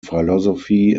philosophy